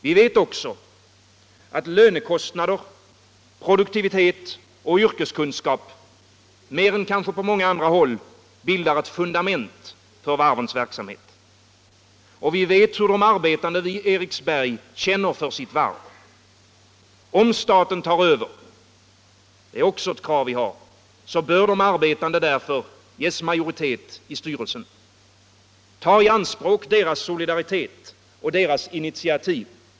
Vi vet också, att lönekostnader, produktivitet och yrkeskunskap, mer än kanske på många andra håll, bildar ett fundament för varven. Vi vet hur de arbetande vid Eriksberg känner för sitt varv. Om staten tar över — det är också ett krav från vår sida — bör de arbetande därför ges majoritet i styrelsen. Ta i anspråk deras solidaritet och initiativ!